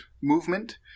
movement